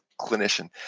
clinician